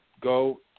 go